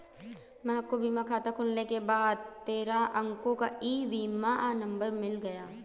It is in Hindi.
महक को बीमा खाता खुलने के बाद तेरह अंको का ई बीमा नंबर मिल गया